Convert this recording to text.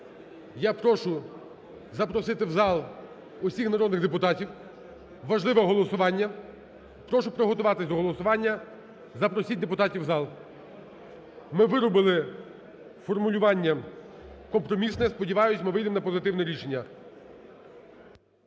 Я прошу запросити в зал усіх народних депутатів. Важливе голосування. Прошу приготуватися до голосування, запросіть депутатів в зал. Ми виробили формулювання компромісне, сподіваюсь, ми вийдемо на позитивне рішення.